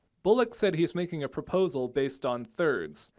bullock said he's making a proposal based on thirds.